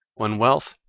when wealth,